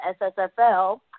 SSFL